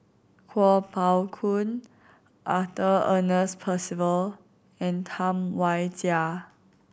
Kuo Pao Kun Arthur Ernest Percival and Tam Wai Jia